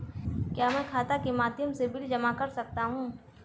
क्या मैं खाता के माध्यम से बिल जमा कर सकता हूँ?